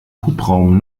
hubraum